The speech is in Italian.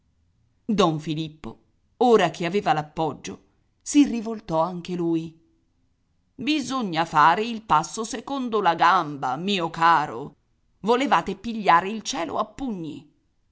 don filippo ora che aveva l'appoggio si rivoltò anche lui bisogna fare il passo secondo la gamba mio caro volevate pigliare il cielo a pugni